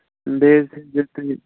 بیٚیہِ حظ ہیٚکِو تُہۍ